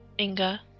Inga